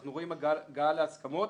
אנחנו רואים הגעה להסכמות